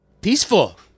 Peaceful